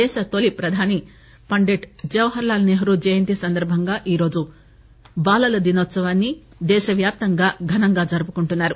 దేశ తొలీ ప్రధాని పండిట్ జవహర్లాల్ సెహ్రూ జయంతి సందర్బంగా ఈరోజు బాలల దినోత్సవాన్ని దేశ వ్యాప్తంగా ఘనంగా జరుపుకుంటున్నారు